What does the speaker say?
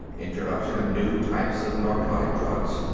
introduction of new types of narcotic drugs,